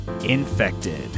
Infected